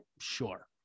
Sure